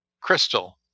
Crystal